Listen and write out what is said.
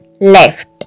left